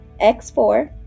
x4